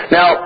Now